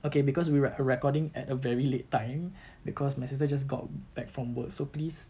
okay because we're err recording at a very late time because my sister just got back from work so please